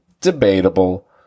debatable—